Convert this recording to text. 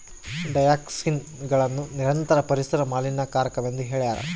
ಡಯಾಕ್ಸಿನ್ಗಳನ್ನು ನಿರಂತರ ಪರಿಸರ ಮಾಲಿನ್ಯಕಾರಕವೆಂದು ಹೇಳ್ಯಾರ